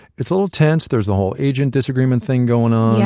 it's a little tense. there's the whole agent disagreement thing going on, yeah